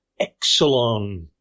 Exelon